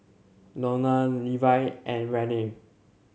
Lorna Levi and Renae